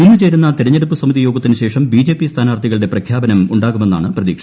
ഇന്ന് ചേരുന്ന തെരഞ്ഞെടുപ്പ് സമിതി യോഗത്തിന് ശേഷം ബിജെപി സ്ഥാനാർത്ഥികളുടെ പ്രഖ്യാപനം ഉണ്ടാകുമെന്നാണ് പ്രതീക്ഷ